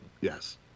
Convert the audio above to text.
Yes